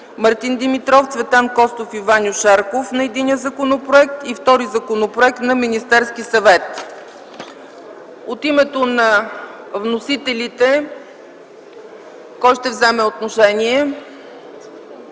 Мартин Димитров, Цветан Костов и Ваньо Шарков на единия законопроект; и втори законопроект на Министерския съвет. От името на вносителите кой ще вземе отношение?